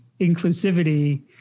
inclusivity